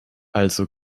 also